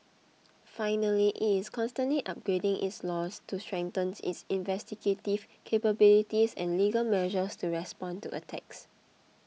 finally it is constantly upgrading its laws to strengthen its investigative capabilities and legal measures to respond to attacks